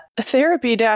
Therapy